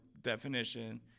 definition